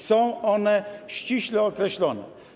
Są one ściśle określone.